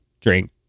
drink